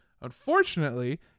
unfortunately